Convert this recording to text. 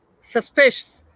suspicious